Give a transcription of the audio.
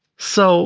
so